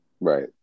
Right